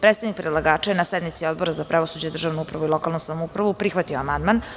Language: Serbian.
Predstavnik predlagača je na sednici Odbora za pravosuđe, državnu upravu i lokalnu samoupravu prihvatio amandman.